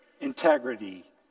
integrity